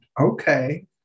Okay